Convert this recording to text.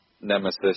nemesis